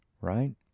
right